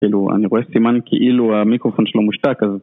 כאילו אני רואה סימן כאילו המיקרופון שלו מושתק אז...